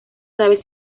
sabe